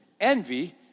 envy